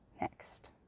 next